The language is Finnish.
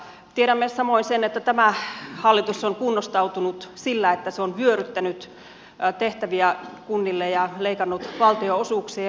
tiedämme samoin sen että tämä hallitus on kunnostautunut sillä että se on vyöryttänyt tehtäviä kunnille ja leikannut valtionosuuksia